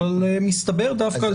אבל מסתבר דווקא,